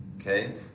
Okay